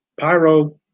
Pyro